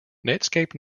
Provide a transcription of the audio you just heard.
netscape